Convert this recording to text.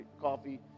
coffee